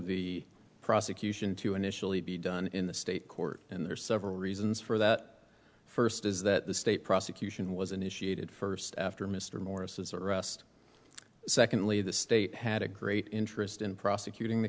the prosecution to initially be done in the state court and there's several reasons for that first is that the state prosecution was initiated first after mr morris was arrested secondly the state had a great interest in prosecuting the